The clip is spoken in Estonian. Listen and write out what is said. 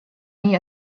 nii